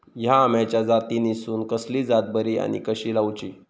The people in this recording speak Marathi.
हया आम्याच्या जातीनिसून कसली जात बरी आनी कशी लाऊची?